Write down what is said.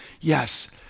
Yes